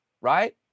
right